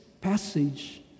passage